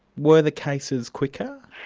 were the cases quicker?